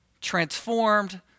transformed